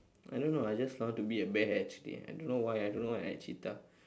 I don't know I just I want to be a bear actually I don't know why I don't know why I add cheetah